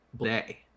Day